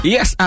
Yes